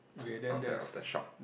outside of the shop